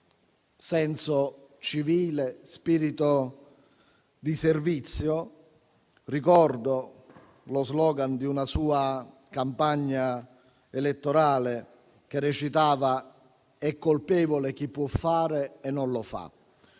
senso civico e spirito di servizio. Ricordo lo *slogan* di una sua campagna elettorale, che recitava: è colpevole chi può fare e non lo fa.